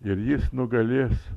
ir jis nugalės